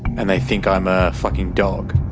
and they think i'm a fucking dog.